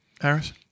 Harris